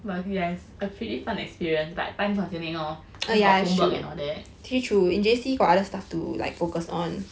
but yes a pretty fun experience but time consuming lor cause got homework and all that